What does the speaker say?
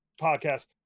podcast